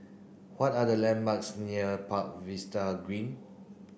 what are the landmarks near Park Green